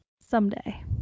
Someday